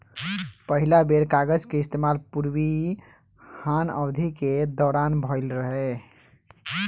पहिला बेर कागज के इस्तेमाल पूर्वी हान अवधि के दौरान भईल रहे